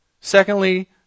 secondly